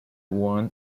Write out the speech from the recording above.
won